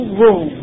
room